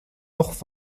noch